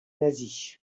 nazis